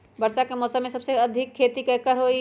वर्षा के मौसम में सबसे अधिक खेती केकर होई?